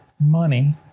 money